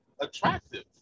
attractive